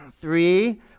Three